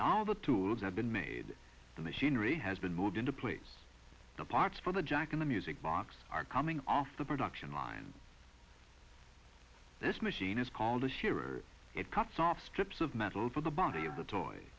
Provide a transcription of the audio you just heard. now all the tools have been me the machinery has been moved into place the parts for the jack in the music box are coming off the production line this machine is called a shearer it cuts off strips of metal over the body of the toy